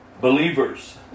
believers